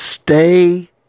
Stay